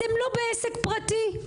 אתם לא בעסק פרטי.